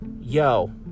yo